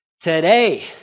today